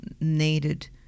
needed